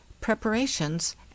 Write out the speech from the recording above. Preparations